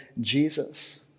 Jesus